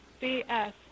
B-S